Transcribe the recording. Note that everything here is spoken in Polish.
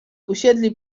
usiedli